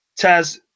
Taz